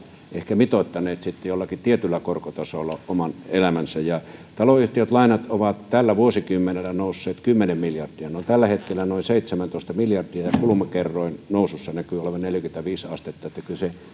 ehkä mitoittaneet sitten jollakin tietyllä korkotasolla oman elämänsä taloyhtiölainat ovat tällä vuosikymmenellä nousseet kymmenen miljardia ne ovat tällä hetkellä noin seitsemäntoista miljardia ja kulmakerroin nousussa näkyy olevan neljäkymmentäviisi astetta niin että kyllä se